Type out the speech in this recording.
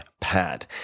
Pad